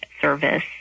service